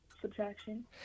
Subtraction